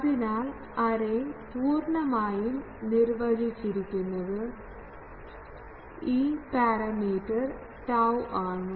അതിനാൽ അറേ പൂർണ്ണമായും നിർവചിച്ചിരിക്കുന്നത് ഈ പാരാമീറ്റർ ടൌ ആണ്